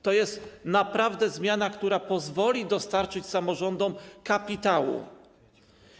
To jest naprawdę zmiana, która pozwoli dostarczyć samorządom kapitału.